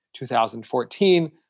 2014